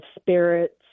spirits